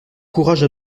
courage